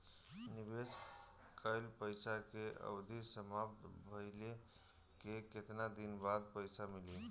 निवेश कइल पइसा के अवधि समाप्त भइले के केतना दिन बाद पइसा मिली?